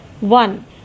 one